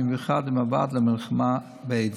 ובמיוחד עם הוועד למלחמה באיידס.